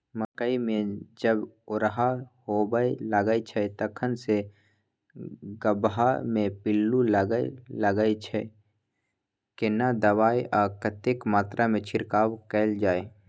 मकई मे जब ओरहा होबय लागय छै तखन से गबहा मे पिल्लू लागय लागय छै, केना दबाय आ कतेक मात्रा मे छिरकाव कैल जाय?